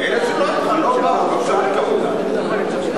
אלה שלא היו אתך, לא באו.